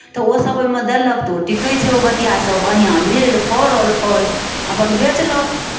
तऽ ओसभ ओहिमे देलक तऽ ओ टिकैत छै ओ बतिआसभ बढ़िआँ भेल फड़ल फल अपन बेचलक